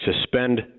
suspend